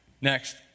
Next